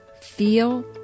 feel